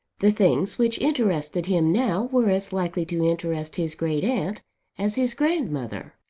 the things which interested him now were as likely to interest his great-aunt as his grandmother,